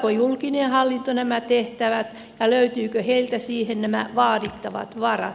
hoitaako julkinen hallinto nämä tehtävät ja löytyvätkö heiltä siihen nämä vaadittavat varat